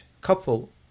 couple